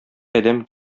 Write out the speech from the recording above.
адәм